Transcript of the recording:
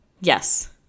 Yes